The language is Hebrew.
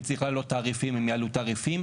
וכשצריך להעלות תעריפים הם יעלו תעריפים.